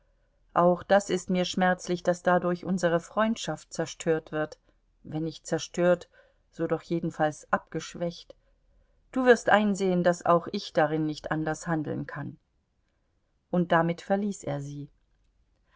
auch das ist mir schmerzlich daß dadurch unsere freundschaft zerstört wird wenn nicht zerstört so doch jedenfalls abgeschwächt du wirst einsehen daß auch ich darin nicht anders handeln kann und damit verließ er sie